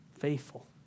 Faithful